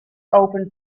open